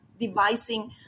devising